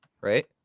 right